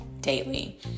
daily